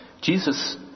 Jesus